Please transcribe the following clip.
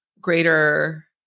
greater